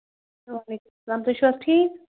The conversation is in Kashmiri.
وعلیکُم السلام تُہۍ چھُو حظ ٹھیٖک